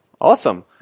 Awesome